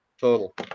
total